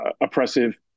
oppressive